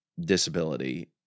disability